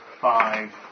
Five